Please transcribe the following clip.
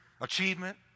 achievement